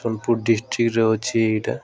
ସୋନପୁର ଡିଷ୍ଟ୍ରିକରେ ଅଛି ଏଇଟା